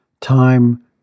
time